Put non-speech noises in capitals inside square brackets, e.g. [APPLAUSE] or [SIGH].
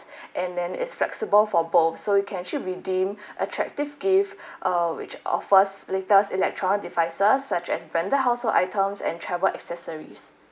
[BREATH] and then is flexible for both so you can actually redeem [BREATH] attractive gift [BREATH] err which offers latest electronic devices such as branded household items and travel accessories